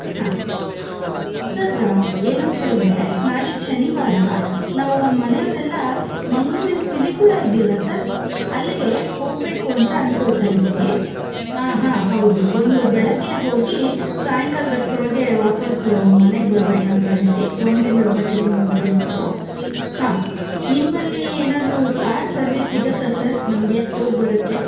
ಹಾಂ ಸರ್ ಏನಂತ ಹೇಳಿದರೆ ನಾಡಿದ್ದು ಶನಿವಾರ ನಾವು ಮನೆಯವರೆಲ್ಲ ಮಂಗಳೂರಿನ ಪಿಲಿಕುಳ ಇದೆಯಲ್ಲ ಸರ್ ಅಲ್ಲಿಗೆ ಹೋಗಬೇಕು ಅಂತ ಅನ್ಕೊಳ್ತಾ ಇದ್ವಿ ಹಾಂ ಹಾಂ ಹೌದು ಒಂದು ಬೆಳಗ್ಗೆ ಹೋಗಿ ಸಾಯಂಕಾಲ್ದಷ್ಟ್ರೊಳಗೆ ವಾಪಸ್ ಮನೆಗೆ ಬರಬೇಕಂತ ಹೇಳಿ ಒಂದು ದಿನದ ಮಟ್ಟಿಗೆ ನಮ್ಮ ಟ್ರಿಪ್ಪು ಹಾಂ ನಿಮ್ಮಲ್ಲಿ ಏನಾದರೂ ಕಾರ್ ಸರ್ವಿಸ್ ಸಿಗತ್ತಾ ಸರ್ ನಮಗೆ ಹೋಗ್ಬರಕ್ಕೆ